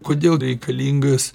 kodėl reikalingas